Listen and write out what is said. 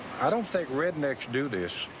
i don't think rednecks do this.